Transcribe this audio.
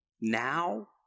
now